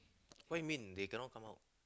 what you mean they cannot come out